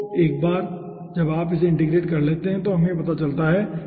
तो एक बार जब आप इसे इंटेग्रट कर लेते हैं तो हमें पता चलता है कि